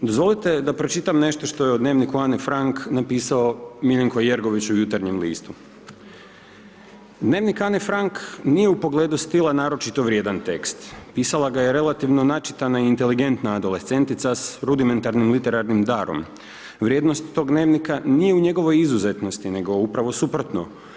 Dozvolite da pročitam nešto što o dnevniku Ane Frank napisao Miljenko Jergović u Jutarnjem listu, Dnevnik Ane Frank nije u pogledu stila naročito vrijedan tekst, pisala ga je relativno načitana i inteligentna adolescentica s rudimentarnim, lateralnim darom, vrijednost tog dnevnika nije u njegovoj izuzetnosti nego upravo suprotno.